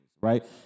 right